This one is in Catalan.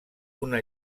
una